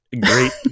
great